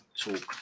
talk